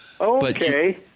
Okay